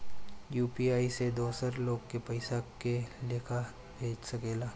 UPI से दोसर लोग के पइसा के लेखा भेज सकेला?